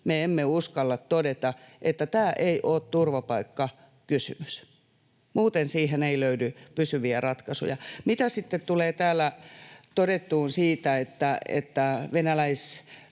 me emme uskalla todeta, että tämä ei ole turvapaikkakysymys. Muuten siihen ei löydy pysyviä ratkaisuja. Mitä sitten tulee täällä todettuun siitä, että venäläisväestölle